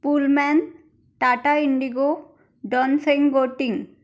Pullman Tata IndiGo डॉनफेंगोटिंग